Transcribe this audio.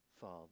father